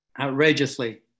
outrageously